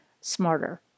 smarter